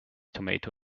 tomato